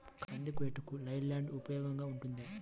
కంది కోయుటకు లై ల్యాండ్ ఉపయోగముగా ఉంటుందా?